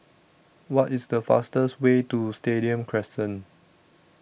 What IS The fastest Way to Stadium Crescent